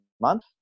month